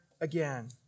again